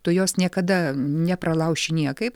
tu jos niekada nepralauši niekaip